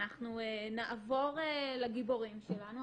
נעבור לגיבורים שלנו.